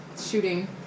shooting